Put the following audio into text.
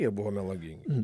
jie buvo melagingi